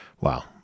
Wow